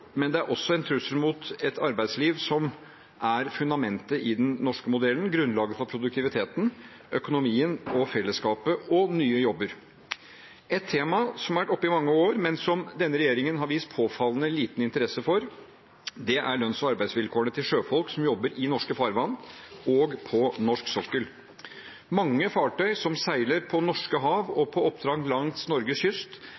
men det er også en trussel mot et arbeidsliv som er fundamentet i den norske modellen, grunnlaget for produktiviteten, økonomien og fellesskapet og nye jobber. Et tema som har vært oppe i mange år, men som denne regjeringen har vist påfallende liten interesse for, er lønns- og arbeidsvilkårene til sjøfolk i norske farvann og på norsk sokkel. Mange fartøy som seiler på norske hav og på oppdrag langs Norges kyst,